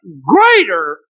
greater